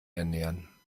ernähren